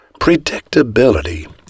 Predictability